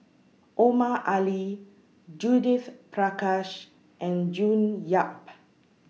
Omar Ali Judith Prakash and June Yap